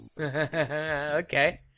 Okay